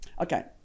Okay